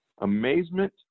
amazement